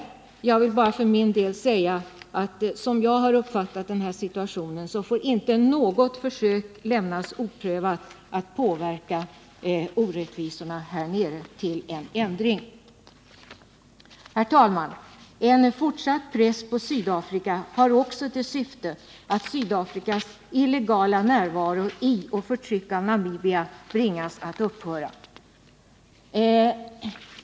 Jag hälsar med tillfredsställelse att riksdagen får tillfälle att fullfölja ett initiativ, som kan minska orättvisorna härnere. Herr talman! En fortsatt press på Sydafrika har också till syfte att Sydafrikas illegala närvaro i och förtryck av Namibia bringas att upphöra.